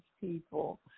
people